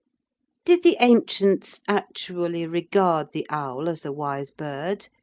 did the ancients actually regard the owl as a wise bird,